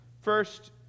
First